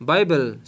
Bible